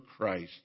Christ